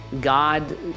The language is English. God